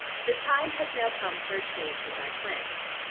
the time has now come for a change in my plans.